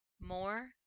more